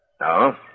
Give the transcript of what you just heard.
No